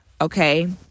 Okay